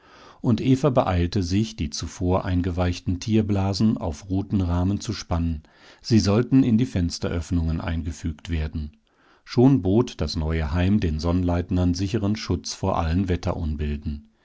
und eva beeilte sich die zuvor eingeweichten tierblasen auf rutenrahmen zu spannen sie sollten in die fensteröffnungen eingefügt werden schon bot das neue heim den sonnleitnern sicheren schutz vor allen wetterunbilden